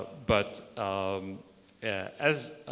but um as